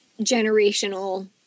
generational